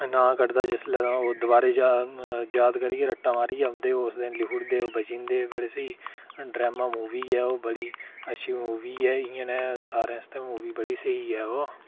नांऽ कटदा जिसलै तां ओह् दोबारै जा याद करियै रट्टा मारियै औंदे उस दिन लिखी ओड़दे ते बड़ा स्हेई ड्रामां मूवी ऐ ओह् बड़ी अच्छी मूवी ऐ इं'या सारें आस्तै मूवी बड़ी स्हेई ऐ